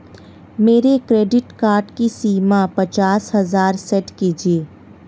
मेरे credit card की सीमा पचास हजार सेट कीजिए